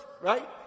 right